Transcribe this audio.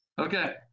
Okay